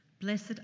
Blessed